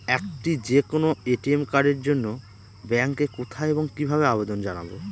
একটি যে কোনো এ.টি.এম কার্ডের জন্য ব্যাংকে কোথায় এবং কিভাবে আবেদন জানাব?